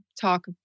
talk